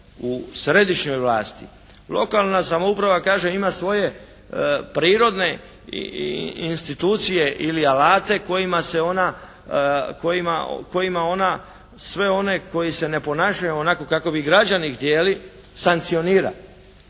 U središnjoj vlasti. Lokalna samouprava kaže ima svoje prirodne institucije ili alate kojima se ona, kojima ona sve one koji se ne ponašaju onako kako bi građani htjeli sankcionira.